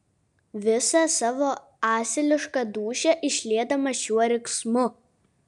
visą savo asilišką dūšią išliedamas šiuo riksmu